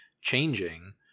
changing